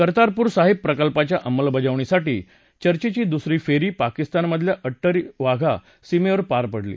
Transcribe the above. कर्तारपूर साहिब प्रकल्पाच्या अंमलबजावणीसाठी चर्चेची दुसरी फ्रीी पाकिस्तानमधल्या अट्टरी वाघा सीमध्ये पार पडली